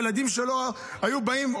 הילדים היו באים,